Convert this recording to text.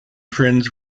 friends